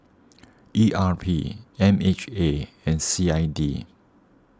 E R P M H A and C I D